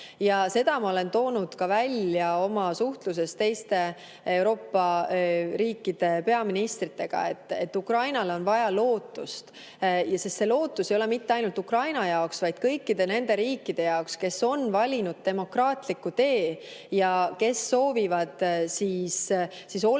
Seda ma olen ka välja toonud oma suhtluses teiste Euroopa riikide peaministritega, et Ukrainale on vaja lootust, sest see lootus ei ole mitte ainult Ukraina jaoks, vaid kõikide nende riikide jaoks, kes on valinud demokraatliku tee ja kes soovivad olla